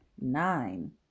Nine